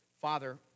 Father